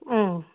অঁ